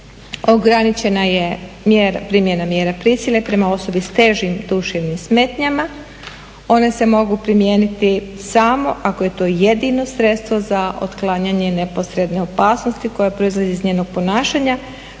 ograničena je primjena mjera prisile prema osobama s težim duševnim smetnjama. One se mogu primijeniti samo ako je to jedino sredstvo za otklanjanje neposredne opasnosti koja proizlazi iz njenog ponašanja